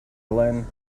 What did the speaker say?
glenn